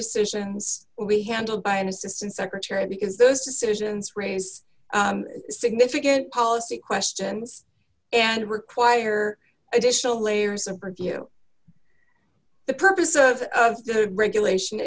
decisions will be handled by an assistant secretary because those decisions raise significant policy questions and require additional layers of review the purpose of regulation